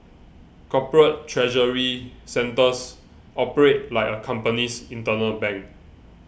corporate treasury centres operate like a company's internal bank